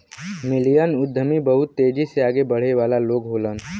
million उद्यमी बहुत तेजी से आगे बढ़े वाला लोग होलन